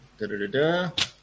Da-da-da-da